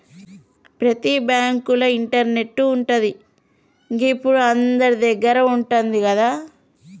ప్రతి బాంకుల ఇంటర్నెటు ఉంటది, గిప్పుడు అందరిదగ్గర ఉంటంది గదా